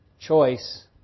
choice